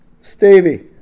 Stevie